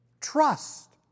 Trust